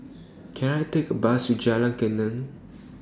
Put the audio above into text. Can I Take A Bus to Jalan Geneng